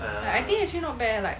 eh I think actually not bad eh like